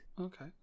Okay